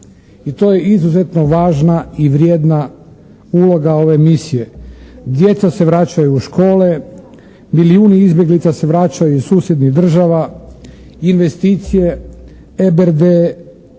i to je izuzetno važna i vrijedna uloga ove misije. Djeca se vraćaju u škole, milijuni izbjeglica se vraćaju iz susjednih država, investicije, EBRD, ADB,